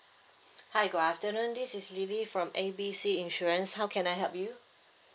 hi good afternoon this is lily from A B C insurance how can I help you